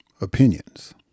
opinions